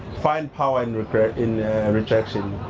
find power and in rejection.